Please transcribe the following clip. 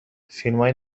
فیلمای